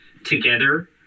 together